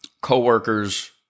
coworkers